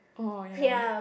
orh ya